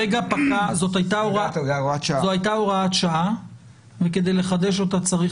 --- זו הייתה הוראת שעה וכדי לחדש אותה צריך